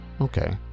Okay